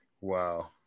wow